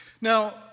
Now